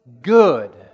good